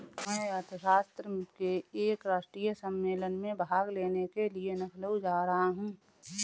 मैं अर्थशास्त्र के एक राष्ट्रीय सम्मेलन में भाग लेने के लिए लखनऊ जा रहा हूँ